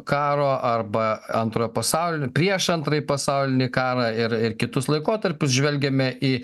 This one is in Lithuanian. karo arba antrojo pasaulinio prieš antrąjį pasaulinį karą ir ir kitus laikotarpius žvelgiame į